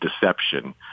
deception